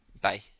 Bye